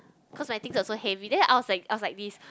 cause my things are so heavy then I was like I was like this